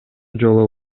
жолу